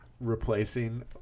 replacing